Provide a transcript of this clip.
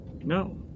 no